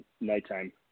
nighttime